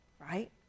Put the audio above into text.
right